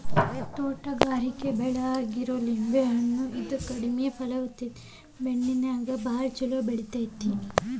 ತೋಟಗಾರಿಕೆ ಬೆಳೆ ಆಗಿರೋ ಲಿಂಬೆ ಹಣ್ಣ, ಇದು ಕಡಿಮೆ ಫಲವತ್ತತೆಯ ಮಣ್ಣಿನ್ಯಾಗು ಚೊಲೋ ಬೆಳಿಯೋ ಗುಣ ಹೊಂದೇತಿ